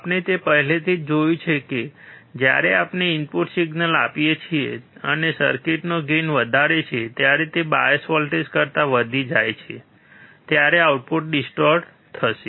આપણે પહેલેથી જ જોયું છે કે જ્યારે આપણે ઇનપુટ સિગ્નલ આપી શકીયે છીએ અને સર્કિટનો ગેઇન વધારે છે જ્યારે તે બાયસ વોલ્ટેજ કરતાં વધી જશે ત્યારે આઉટપુટ ડિસ્ટોરડ થશે